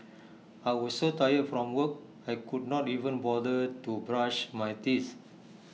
I was so tired from work I could not even bother to brush my teeth